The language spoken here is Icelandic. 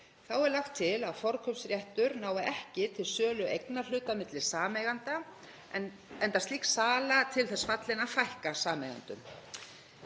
Þá er lagt til að forkaupsréttur nái ekki til sölu eignarhluta milli sameigenda enda slík sala til þess fallin að fækka sameigendum.